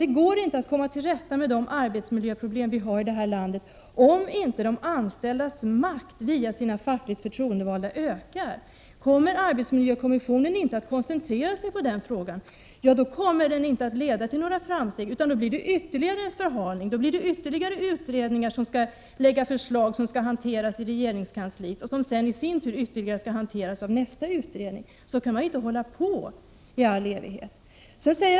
Det går inte att komma till rätta med de arbetsmiljöproblem vi har här i landet, om inte de anställdas makt via de fackligt förtroendevalda ökar. Om arbetsmiljökommissionen inte koncentrerar sig på denna fråga, så leder den inte till några framsteg, utan det blir ytterligare förhalning och ytterligare utredningar som skall lägga fram förslag vilka skall hanteras i regeringskansliet och som sedan i sin tur skall hanteras av nästa utredning. Så kan man inte hålla på i all evighet.